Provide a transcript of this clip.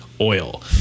oil